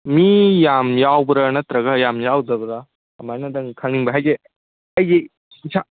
ꯃꯤ ꯌꯥꯝ ꯌꯥꯎꯕ꯭ꯔꯥ ꯅꯠꯇ꯭ꯔꯒ ꯌꯥꯝ ꯌꯥꯎꯗꯕ꯭ꯔꯥ ꯀꯃꯥꯏꯅꯗꯪ ꯈꯪꯅꯤꯡꯕ ꯍꯥꯏꯗꯤ ꯑꯩꯁꯦ ꯏꯁꯥ